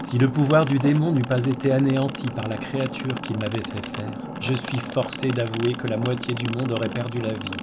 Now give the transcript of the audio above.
si le pouvoir du démon n'eût pas été anéanti par la créature qu'il m'avait fait faire je suis forcé d'avouer que la moitié du monde aurait perdu la vie